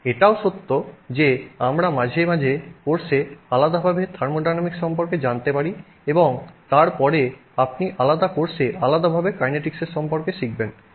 এটাও সত্য যে আমরা মাঝে মাঝে কোর্সে আলাদাভাবে থার্মোডিনামিক্স সম্পর্কে জানতে পারি এবং তারপরে আপনি আলাদা কোর্সে আলাদাভাবে কাইনেটিকসের সম্পর্কে শিখবেন